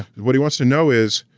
what we wants to know is,